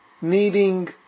needing